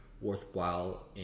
worthwhile